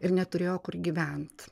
ir neturėjo kur gyvent